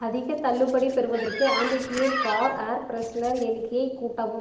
அதிகத் தள்ளுபடி பெறுவதற்கு ஆம்பிப்யூர் கார் ஏர் ஃப்ரெஷ்னர் எண்ணிக்கையை கூட்டவும்